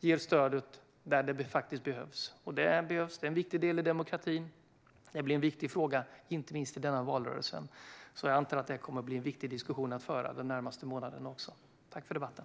ger stödet där det faktiskt behövs. Det är en viktig del i demokratin, och det blir en viktig fråga inte minst i denna valrörelse. Jag antar därför att detta kommer att bli en viktig fråga att diskutera även de närmaste månaderna. Tack för debatten!